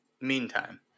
meantime